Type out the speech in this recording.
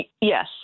Yes